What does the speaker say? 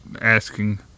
asking